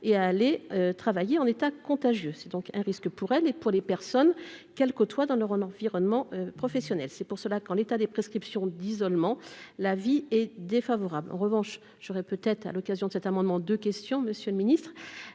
et à aller travailler en état contagieux, c'est donc un risque pour elle et pour les personnes qu'elles côtoient dans le Rhône environnements professionnels, c'est pour cela qu'en l'état des prescriptions d'isolement, l'avis est défavorable, en revanche, j'aurais peut-être à l'occasion de cet amendement de question Monsieur le Ministre,